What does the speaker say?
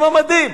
עם המדים,